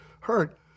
hurt